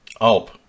Alp